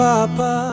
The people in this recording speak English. Papa